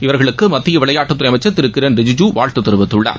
இவர்களுக்கு மத்திய விளையாட்டுத்துறை அமைச்சர் திரு கிரண் ரிஜிஜூ வாழ்த்து தெரிவித்துள்ளார்